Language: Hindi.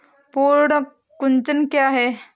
पर्ण कुंचन क्या है?